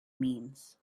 means